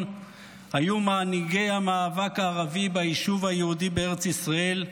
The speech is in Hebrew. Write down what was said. היו מנהיגי המאבק הערבי ביישוב היהודי בארץ ישראל,